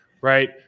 right